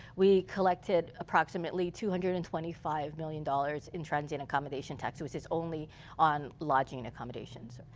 we collected approximately two hundred and twenty five million dollars in transient accommodation tax. which is only on lodging accommodations.